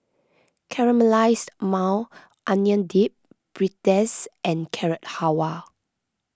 Caramelized Maui Onion Dip Pretzel and Carrot Halwa